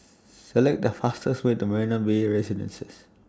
Select The fastest Way to Marina Bay Residences